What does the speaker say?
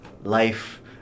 life